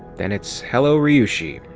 then it's hello ryushi!